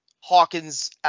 Hawkins